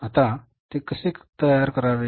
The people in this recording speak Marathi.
तर आता ते कसे तयार करावे